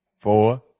Four